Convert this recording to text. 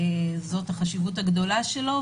זאת החשיבות הגדולה שלו,